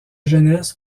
jeunesse